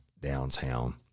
downtown